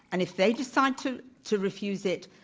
and if they decide to to refuse it,